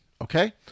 Okay